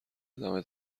ادامه